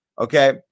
Okay